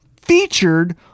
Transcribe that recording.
featured